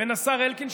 בין השר אלקין,